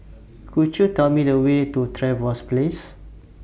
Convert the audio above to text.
Could YOU Tell Me The Way to Trevose Place